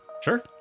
Sure